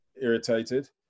irritated